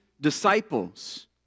disciples